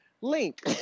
Link